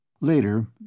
Later